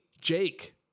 jake